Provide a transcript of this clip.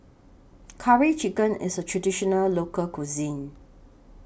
Curry Chicken IS A Traditional Local Cuisine